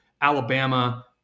Alabama